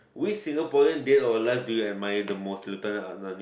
which Singaporean dead or alive do you admire the most lieutenant